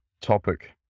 topic